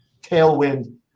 tailwind